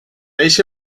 eixe